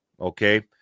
Okay